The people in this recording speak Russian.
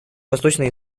восточной